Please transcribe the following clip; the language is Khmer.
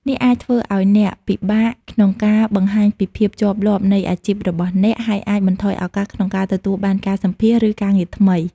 នេះអាចធ្វើឲ្យអ្នក ពិបាកក្នុងការបង្ហាញពីភាពជាប់លាប់នៃអាជីព របស់អ្នក ហើយអាចបន្ថយឱកាសក្នុងការទទួលបានការសម្ភាសន៍ ឬការងារថ្មី។